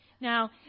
Now